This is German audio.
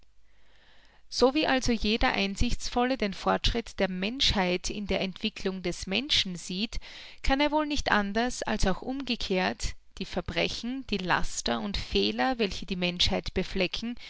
so wie also jeder einsichtsvolle den fortschritt der menschheit in der entwicklung des menschen sieht kann er wohl nicht anders als auch umgekehrt die verbrechen die laster und fehler welche die menschheit beflecken